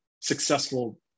successful